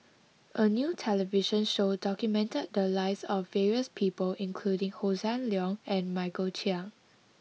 a new television show documented the lives of various people including Hossan Leong and Michael Chiang